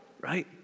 right